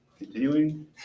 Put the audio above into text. continuing